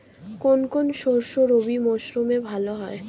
কোন কোন শস্য রবি মরশুমে ভালো হয়?